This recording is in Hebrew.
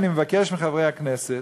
אני מבקש מחברי הכנסת,